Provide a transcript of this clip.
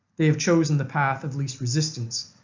they have chosen the path of least resistance,